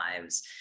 lives